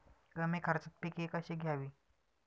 कमी खर्चात पिके कशी घ्यावी?